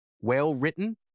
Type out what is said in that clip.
well-written